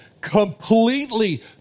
completely